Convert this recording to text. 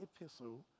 epistle